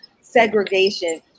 segregation